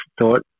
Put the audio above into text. thought